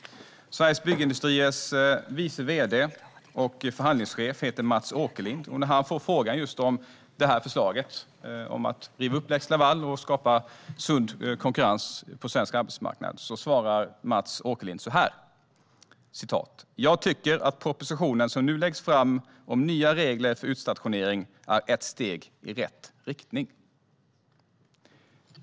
Sveriges Byggindustriers vice vd och förhandlingschef heter Mats Åkerlind. På en fråga om vad han tycker om förslaget att riva upp lex Laval för att skapa sund konkurrens på svensk arbetsmarknad svarar han "att propositionen som nu läggs fram om nya regler för utstationering är ett steg i rätt riktning".